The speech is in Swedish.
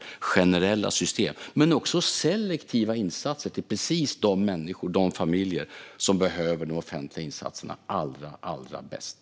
Det rör sig om generella system men också om selektiva insatser till precis de människor och de familjer som behöver de offentliga insatserna allra mest.